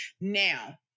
Now